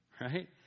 Right